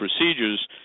procedures